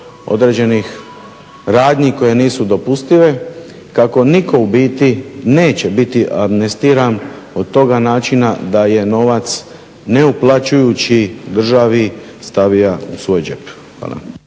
određenih radnji koje nisu dopustive kako nitko u biti neće biti amnestiran od toga načina da je novac ne uplaćujući državi stavio u svoj džep.